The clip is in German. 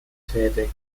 tätig